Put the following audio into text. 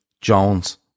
Jones